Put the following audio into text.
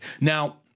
Now